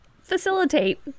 facilitate